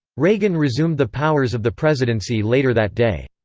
reagan resumed the powers of the presidency later that day.